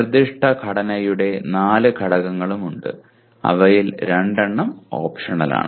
നിർദ്ദിഷ്ട ഘടനയുടെ നാല് ഘടകങ്ങളുണ്ട് അവയിൽ രണ്ടെണ്ണം ഓപ്ഷണലാണ്